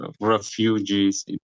refugees